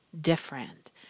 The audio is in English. different